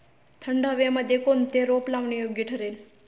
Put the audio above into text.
थंड हवेमध्ये कोणते रोप लावणे योग्य ठरेल?